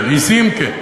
כן, עזים, כן.